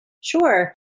Sure